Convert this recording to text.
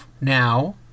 now